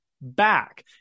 back